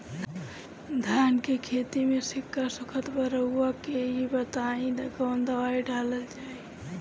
धान के खेती में सिक्का सुखत बा रउआ के ई बताईं कवन दवाइ डालल जाई?